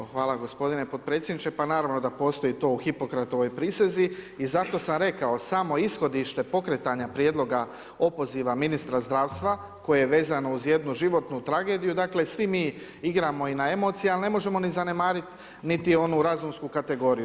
Evo, hvala gospodine potpredsjedniče, pa naravno da postoji to u Hipokratovoj prisezi i zato sam rekao samo ishodište pokretanja prijedloga opoziva ministra zdravstva koje je vezano uz jednu životnu tragediju, dakle svi mi igramo i na emocije, ali ne možemo ni zanemarit niti onu razumsku kategoriju.